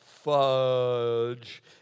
fudge